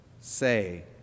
say